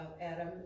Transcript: Adam